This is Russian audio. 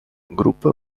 группа